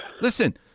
Listen